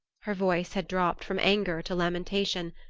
her voice had dropped from anger to lamentation,